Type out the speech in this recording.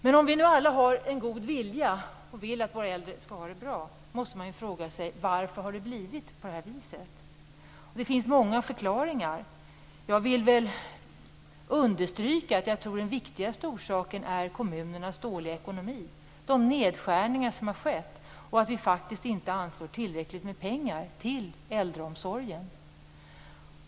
Men om vi alla har en god vilja och vill att våra äldre skall ha det bra måste man fråga sig: Varför har det blivit på det här viset? Det finns många förklaringar. Jag vill understryka att jag tror att den viktigaste orsaken är kommunernas dåliga ekonomi och de nedskärningar som skett. Vi anslår faktiskt inte tillräckligt med pengar till äldreomsorgen.